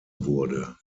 wurde